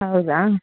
ಹೌದಾ